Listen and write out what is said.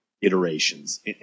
iterations